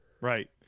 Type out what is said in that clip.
Right